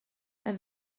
and